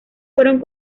fueron